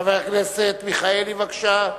חבר הכנסת מיכאלי, בבקשה.